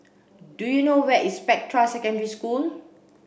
do you know where is Spectra Secondary School